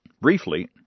briefly